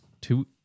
two